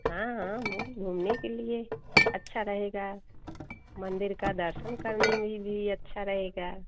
हाँ हाँ मैं घूमने के लिए अच्छा रहेगा मंदिर का दर्शन करने में भी अच्छा रहेगा